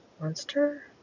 Monster